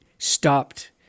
stopped